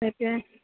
তাকে